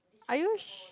are you su~